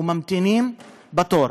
וממתינים בתור.